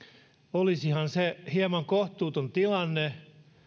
olisihan se hieman kohtuuton tilanne